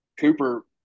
Cooper